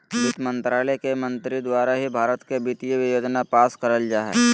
वित्त मन्त्रालय के मंत्री द्वारा ही भारत के वित्तीय योजना पास करल जा हय